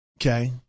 Okay